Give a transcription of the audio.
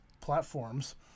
platforms